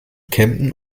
kempten